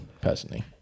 personally